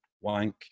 wank